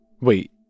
Wait